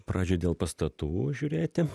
pradžioj dėl pastatų žiūrėti